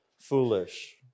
foolish